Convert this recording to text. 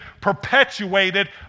perpetuated